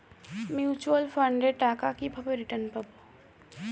Mutual ফান্ডের টাকা কিভাবে রিটার্ন পাব?